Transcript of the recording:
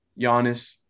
Giannis